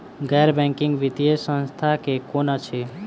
गैर बैंकिंग वित्तीय संस्था केँ कुन अछि?